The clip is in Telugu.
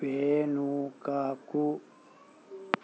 వెనుకకు